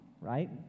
right